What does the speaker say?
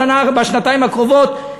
בשנתיים הקרובות,